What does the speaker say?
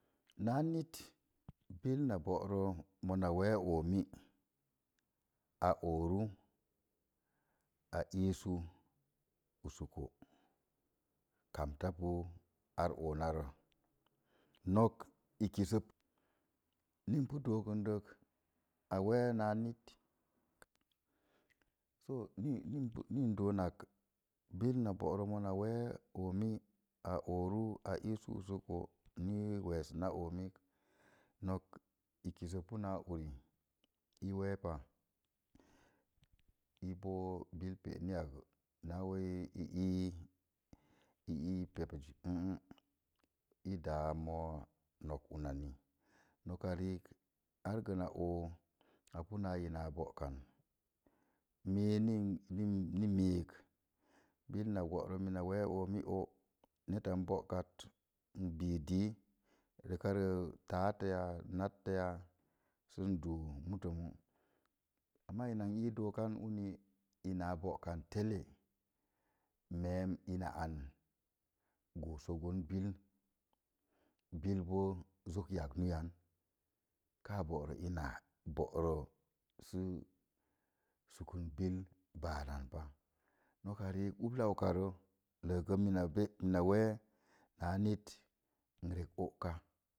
Náá nit bil na go'zo mona we oomi a ooru a iisu usoko kamta pu ar ona rə nok i kəsə ni i pu dookə dək a wéé so ni ni idóó ak bil na boorə mona wee oomi a ooru a isə usuko ni wesənak oomik i kisa pu náá uri i wé pa ii boo bil péé ni ak na ii i dáa moo nok una ni nok riik ar na óó a pina ina book kən mii ni mii bil na booro mina wəə oomi óó netta in borok i bis dii rekarə táátə nattə ya sə in dúu muto muu. Amma ina n ii dóó kan uni ina boókan tele gooso bil boo zok yagnu yan ka booro ina sukun bil bar an pa nak rik ulla uka mina wéé reka pu óóka